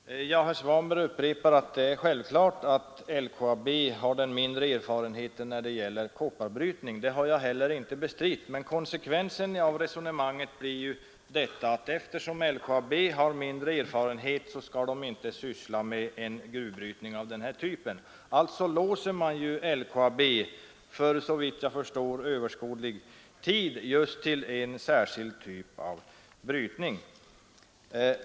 Fru talman! Herr Svanberg upprepar att det är självklart att LKAB har den mindre erfarenheten när det gäller kopparbrytning. Det har jag heller inte bestritt, men konsekvensen av resonemanget blir ju att eftersom LKAB har mindre erfarenhet skall det inte syssla med en gruvbrytning av den här typen. Alltså låser man LKAB för, såvitt jag förstår, överskådlig tid just till en särskild typ av brytning.